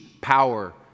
power